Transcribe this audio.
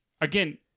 Again